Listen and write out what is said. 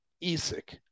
Isak